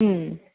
മ്മ്